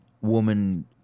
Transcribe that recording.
woman